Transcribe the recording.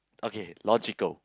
okay logical